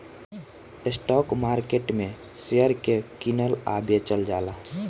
stock market में share के कीनल आ बेचल जाला